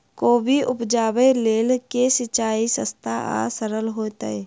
कोबी उपजाबे लेल केँ सिंचाई सस्ता आ सरल हेतइ?